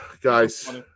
guys